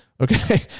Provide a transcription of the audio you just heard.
Okay